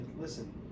listen